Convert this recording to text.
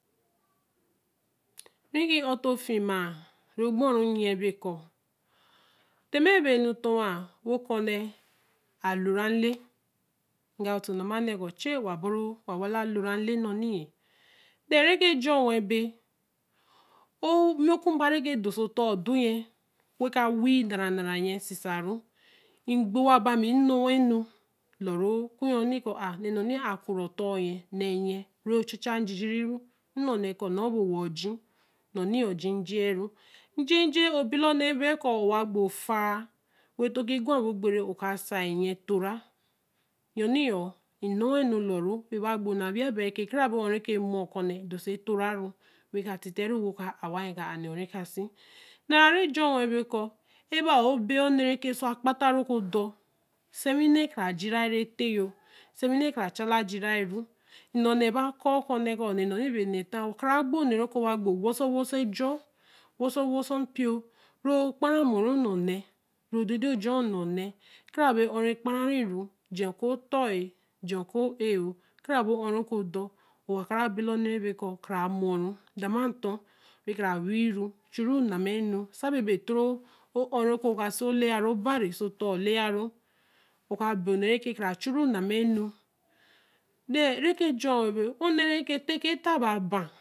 re ki altor fii māa, ru ogboru yen be ko̱o tta be̱e be no dorwaa̱ wōo kur nne lo-ra tēe ēe gā attor lāa nnna wāa bu ru, wāā wala lora lēe yor, than re ke jon wen bēē, wukumba re ke tor sō dor Ōdoyen, wen ka weii nnara nnara lyen se-saru, ēē gbo waā bamiēnno wen nōo, lloruoku yor okuyor ku āā nne-nu a kura odo yea nee-yen recha-cha jijiru ēē-nee ku nōo be ōwa ojīī, nōoo ojii jeē re ru jejeē be lāa Ōnne bēē ku owa gbo ofaā, wen tōkī gwa bor ogbr Ō ka saiyi yen to-rāa yorn̄nī yor ēe nōowa enu luru biku ā gbo nne āā weīyī bēē re ke, ekarabor-ōōr re mōo Ōkur nne edorse toraru, wen ka titte ru, wo ka aā wayen ka āa nne ōōr re ka seī n̄n̄arāara jorwen bēe kur, e-bāa Ō n̄ne ōso a kpa ttāa, reke otor seiwiinne ka rajiraāru etta yōo seiweiine karachalāa jiraru, ēē nn̄o n̄n̄e eba ku, kuo nne n̄n̄o ba n̄n̄e ataa, kara gbo n̄ne raka gbo wāeso waaso jee wāe-wasō peii ru kpa ra mōo re n̄na redede ojoōr n̄ne on̄ne ka rabe Ōrkpare ru je ku otor je kur ēeē karaborō reke otor Ōka re be laā nn̄e baēe kur, kara mōoru dāama ntor karajuru nn̄a mma-nu saā bebē ōtorir Ō re ke ka sie Ō bēe n̄ne re, re kara churunamma nu, than ra jor ēki tta ba.